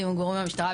במשטרה,